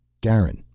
garin,